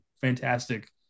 fantastic